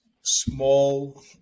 small